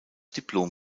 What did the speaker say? diplom